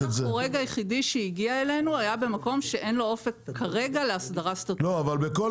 השימוש החורג היחידי שהגיע אלינו היה במקום שכרגע אין לו